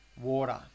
water